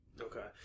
Okay